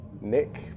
nick